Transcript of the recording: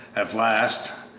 at last,